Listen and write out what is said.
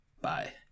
Bye